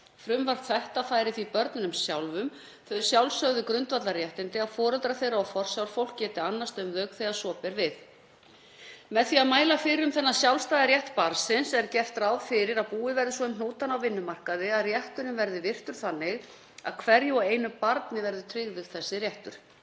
Frumvarp þetta færir því börnunum sjálfum þau sjálfsögðu grundvallarréttindi að foreldrar þeirra og forsjárfólk geti annast um þau þegar svo ber við. Með því að mæla fyrir um þennan sjálfstæða rétt barnsins er gert ráð fyrir að búið verði svo um hnútana á vinnumarkaði að rétturinn verði virtur þannig að hverju og einu barni verði tryggður þessi réttur.